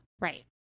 Right